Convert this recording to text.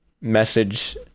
message